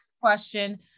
question